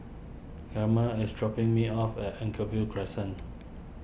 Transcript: Camille is dropping me off at Anchorvale Crescent